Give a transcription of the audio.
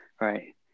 Right